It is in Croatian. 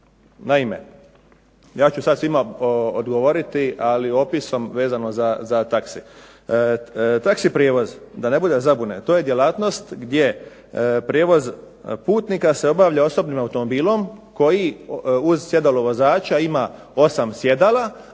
Naime, ja ću sad svima odgovoriti, ali opisom vezano za taxi. Taxi prijevoz da ne bude zabune to je djelatnost gdje prijevoz putnika se obavlja osobnim automobilom koji uz sjedalo vozača ima 8 sjedala,